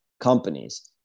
companies